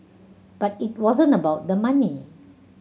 but it wasn't about the money